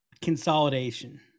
consolidation